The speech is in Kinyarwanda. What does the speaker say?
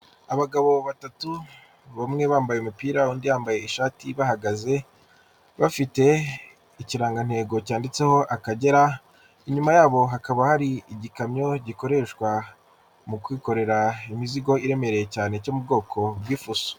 Abagabo batatu, bamwe bambaye umupira undi yambaye ishati bahagaze, bafite ikirangantego cyanditseho Akagera, inyuma yabo hakaba hari igikamyo gikoreshwa mu kwikorera imizigo iremereye cyane cyo mu bwoko bw'ifuso.